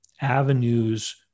avenues